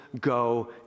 go